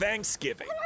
Thanksgiving